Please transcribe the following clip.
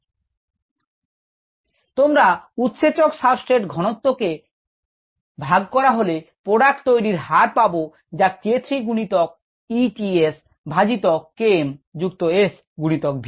𝑟𝑃 𝑘3 V তোমরা যদি উৎসেচক সাবস্ট্রেট ঘনত্ত কে প্রতিস্থাপিত করা হলে প্রোডাক্ট তৈরির হার পাব যা হল k3 গুনিতক E t S by Km যুক্ত S গুনিতক V